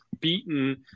beaten